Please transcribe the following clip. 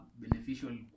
beneficial